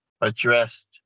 addressed